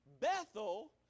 Bethel